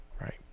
Right